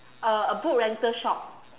uh a book rental shop